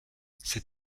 ses